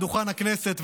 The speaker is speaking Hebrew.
על דוכן הכנסת,